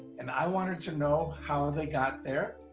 and i wanted to know how they got there,